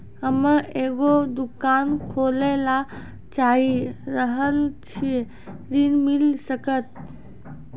हम्मे एगो दुकान खोले ला चाही रहल छी ऋण मिल सकत?